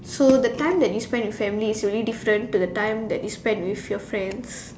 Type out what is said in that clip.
so the time that you spend with family is very different from the time that you spend with friends